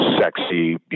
sexy